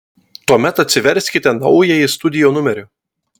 tuomet atsiverskite naująjį studio numerį